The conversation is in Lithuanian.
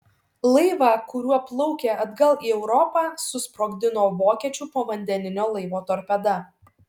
laivą kuriuo plaukė atgal į europą susprogdino vokiečių povandeninio laivo torpeda